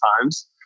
times